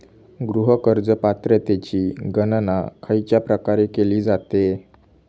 गृह कर्ज पात्रतेची गणना खयच्या प्रकारे केली जाते?